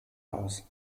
aus